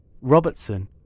Robertson